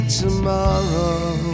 tomorrow